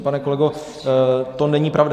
Pane kolego, to není pravda.